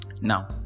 Now